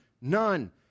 none